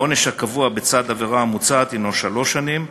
העונש הקבוע בצד העבירה המוצעת הנו שלוש שנים.